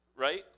Right